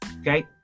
Okay